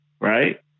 Right